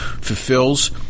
fulfills